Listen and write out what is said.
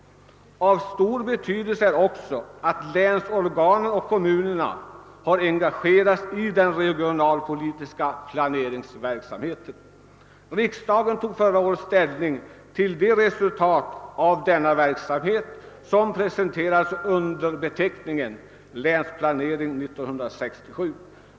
Av stor betydelse är också att länsorganen och kommunerna har engagerats i den regionalpolitiska planeringsverksamheten. Riksdagen tog förra året ställning till de resultat av denna verksamhet som presenterades under beteckningen länsplanering 67.